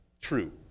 true